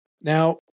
Now